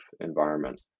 environment